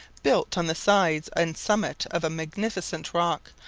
built on the sides and summit of a magnificent rock,